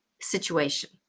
situation